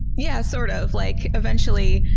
yeah, sort of. like eventually,